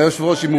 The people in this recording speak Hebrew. היושב-ראש,